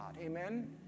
Amen